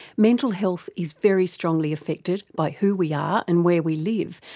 mental health is very strongly affected by who we are and where we live,